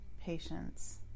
patience